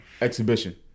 Exhibition